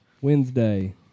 Wednesday